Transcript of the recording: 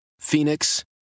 Phoenix